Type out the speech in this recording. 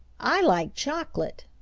i like chocolate,